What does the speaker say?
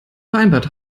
vereinbart